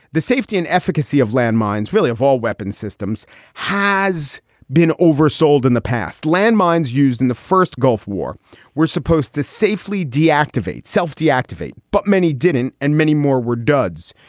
the safety and efficacy of landmines, really, of all weapons systems has been oversold in the past. landmines used in the first gulf war were supposed to safely deactivate self deactivate, but many didn't and many more were duds.